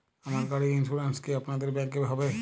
আমার গাড়ির ইন্সুরেন্স কি আপনাদের ব্যাংক এ হবে?